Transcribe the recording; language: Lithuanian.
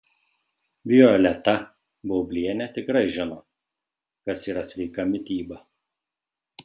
violeta baublienė tikrai žino kas yra sveika mityba